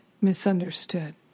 misunderstood